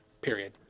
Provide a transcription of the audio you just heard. Period